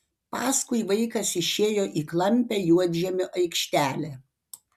paskui vaikas išėjo į klampią juodžemio aikštelę